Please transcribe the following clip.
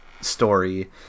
story